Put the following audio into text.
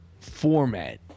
format